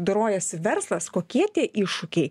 dorojasi verslas kokie tie iššūkiai